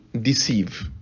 deceive